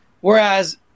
whereas